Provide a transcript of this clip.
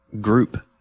group